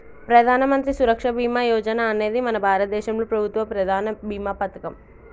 ప్రధానమంత్రి సురక్ష బీమా యోజన అనేది మన భారతదేశంలో ప్రభుత్వ ప్రధాన భీమా పథకం